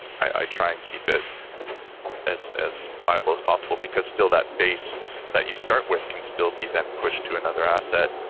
i try and keep it as as viable as possible because still that base that you start with can still be then pushed to another asset.